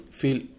feel